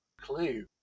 clue